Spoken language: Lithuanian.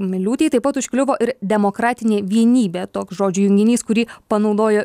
miliūtei taip pat užkliuvo ir demokratinė vienybė toks žodžių junginys kurį panaudojo